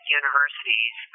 universities